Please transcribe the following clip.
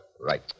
Right